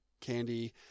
Candy